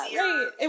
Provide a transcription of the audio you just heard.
right